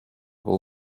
will